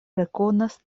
rekonas